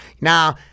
now